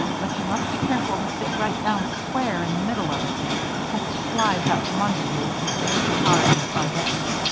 but you must be careful to sit right down square in the middle of it because it slides out from under you if you sit too hard on the front edge.